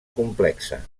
complexa